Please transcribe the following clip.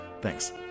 Thanks